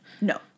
No